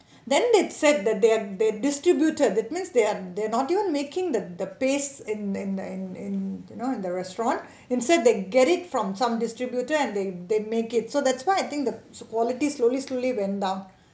then they said that they are they distributed that means they are they're not even making the the paste in in in in you know in the restaurant instead they get it from some distributor and they they make it so that's why I think the quality slowly slowly went down